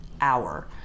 hour